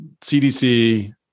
CDC